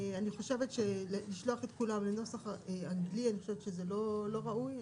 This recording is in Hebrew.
אני חושבת שלשלוח את כולם לנוסח אנגלי זה לא ראוי.